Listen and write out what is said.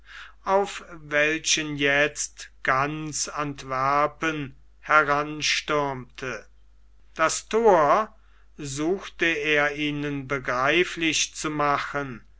auf welchen jetzt ganz antwerpen heranstürmte das thor suchte er ihnen begreiflich zu machen